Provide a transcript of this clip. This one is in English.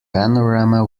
panorama